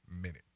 minute